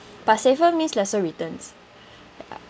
but safer means lesser returns ya